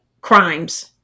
crimes